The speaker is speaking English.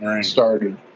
started